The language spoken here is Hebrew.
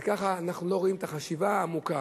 וככה אנחנו לא רואים את החשיבה העמוקה,